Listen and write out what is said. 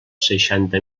seixanta